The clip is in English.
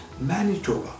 Manitoba